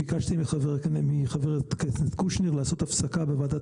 ביקשתי מחה"כ קושניר לעשות הפסקה בוועדת